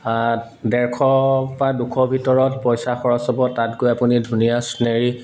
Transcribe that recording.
ডেৰশ বা দুশ ভিতৰত পইচা খৰচ হ'ব তাত গৈ আপুনি ধুনীয়া চিনেৰী